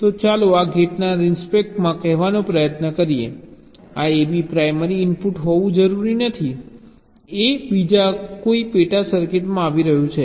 તો ચાલો આ ગેટના રિસ્પેક્ટમાં કહેવાનો પ્રયત્ન કરીએ આ AB પ્રાઇમરી ઇનપુટ હોવું જરૂરી નથી A બીજા કોઈ પેટા સર્કિટમાંથી આવી રહ્યું છે